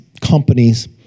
companies